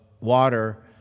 water